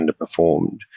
underperformed